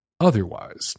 Otherwise